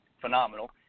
phenomenal